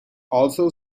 also